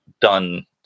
done